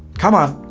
come on,